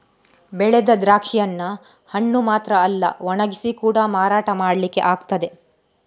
ಬೆಳೆದ ದ್ರಾಕ್ಷಿಯನ್ನ ಹಣ್ಣು ಮಾತ್ರ ಅಲ್ಲ ಒಣಗಿಸಿ ಕೂಡಾ ಮಾರಾಟ ಮಾಡ್ಲಿಕ್ಕೆ ಆಗ್ತದೆ